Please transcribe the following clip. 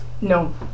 No